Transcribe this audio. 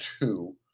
two